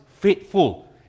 faithful